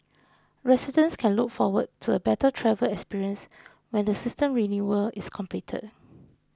residents can look forward to a better travel experience when the system renewal is completed